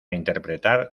interpretar